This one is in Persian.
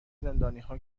زندانیها